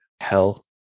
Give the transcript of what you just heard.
hell